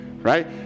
right